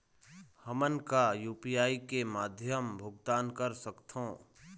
हमन का यू.पी.आई के माध्यम भुगतान कर सकथों?